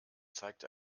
zeigt